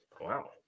wow